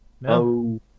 No